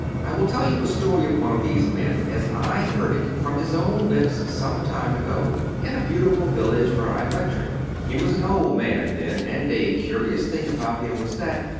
i will tell you a story of one of these men, as i heard it from his own lips some time ago, in a beautiful village where i lectured. he was an old man then and a curious thing about him was that,